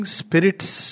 spirits